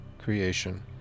creation